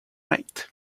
night